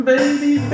Baby